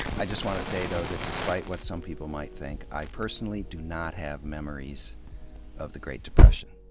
i just wanna say, though, that despite what some people might think, i personally do not have memories of the great depression.